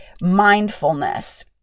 mindfulness